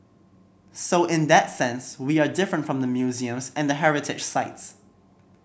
so in that sense we are different from the museums and the heritage sites